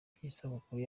by’isabukuru